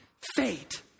fate